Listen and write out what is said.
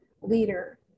leader